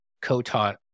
co-taught